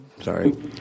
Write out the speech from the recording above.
Sorry